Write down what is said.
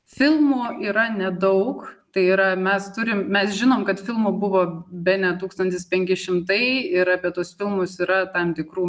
filmų yra nedaug tai yra mes turim mes žinom kad filmų buvo bene tūkstantis penki šimtai ir apie tuos filmus yra tam tikrų